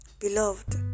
beloved